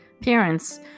parents